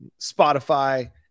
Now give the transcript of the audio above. Spotify